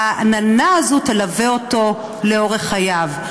שהעננה הזאת תלווה אותו לאורך חייו.